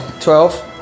twelve